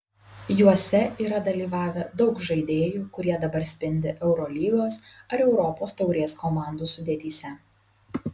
juose yra dalyvavę daug žaidėjų kurie dabar spindi eurolygos ar europos taurės komandų sudėtyse